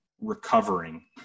recovering